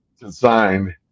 designed